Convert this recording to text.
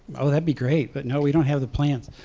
oh, that'd be great. but no, we don't have the plans.